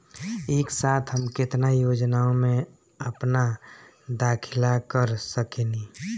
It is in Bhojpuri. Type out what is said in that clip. एक साथ हम केतना योजनाओ में अपना दाखिला कर सकेनी?